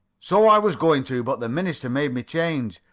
so i was going to, but the minister made me change,